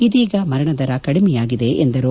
ಇದೀಗ ಮರಣದರ ಕಡಿಮೆಯಾಗಿದೆ ಎಂದರು